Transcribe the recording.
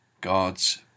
God's